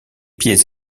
pieds